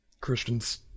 Christians